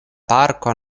parko